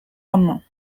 lendemain